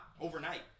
overnight